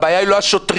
הבעיה היא לא השוטרים.